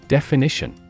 Definition